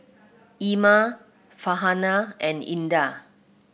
Iman Farhanah and Indah